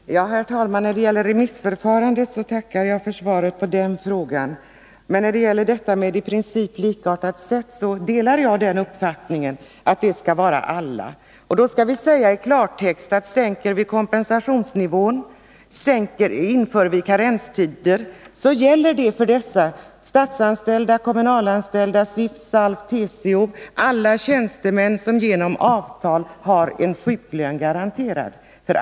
Herr talman! Jag tackar för svaret på frågan om remissförfarandet. När det gäller formuleringen att besparingarna skall påverka olika grupper På i princip likartat sätt delar jag uppfattningen att man därmed skall avse alla. Men då skall vi säga i klartext att om vi sänker kompensationsnivån och om vi inför karenstider, så gäller det för alla — för statsanställda, för kommunalanställda, för dem som är anslutna till SIF, SALF och TCO, dvs. alla tjänstemän som genom avtal har en sjuklön garanterad.